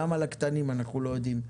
למה לקטנים אנחנו לא יודעים?